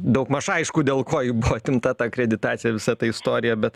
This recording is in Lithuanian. daugmaž aišku dėl ko ji buvo atimta ta akreditacija visa ta istorija bet